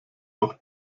auch